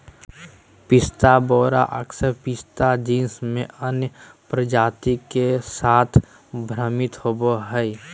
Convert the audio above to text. पिस्ता वेरा अक्सर पिस्ता जीनस में अन्य प्रजाति के साथ भ्रमित होबो हइ